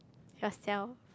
yourself